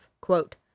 quote